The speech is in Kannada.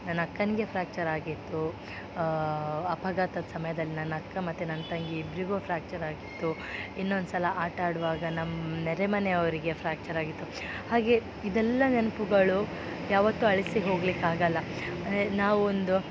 ನನ್ನ ಅಕ್ಕನಿಗೆ ಫ್ರ್ಯಾಕ್ಚರ್ ಆಗಿತ್ತು ಅಪಘಾತದ ಸಮಯ್ದಲ್ಲಿ ನನ್ನ ಅಕ್ಕ ಮತ್ತು ನನ್ನ ತಂಗಿ ಇಬ್ಬರಿಗೂ ಫ್ರ್ಯಾಕ್ಚರ್ ಆಗಿತ್ತು ಇನ್ನೊಂದು ಸಲ ಆಟ ಆಡುವಾಗ ನಮ್ಮ ನೆರೆಮನೆಯವರಿಗೆ ಫ್ರ್ಯಾಕ್ಚರ್ ಆಗಿತ್ತು ಹಾಗೇ ಇದೆಲ್ಲ ನೆನಪುಗಳು ಯಾವತ್ತು ಅಳಿಸಿ ಹೋಗಲಿಕ್ಕಾಗಲ್ಲ ಅಂದರೆ ನಾವೊಂದು